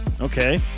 Okay